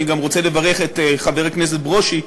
אני גם רוצה לברך את חבר הכנסת ברושי,